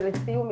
ולסיום,